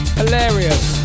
hilarious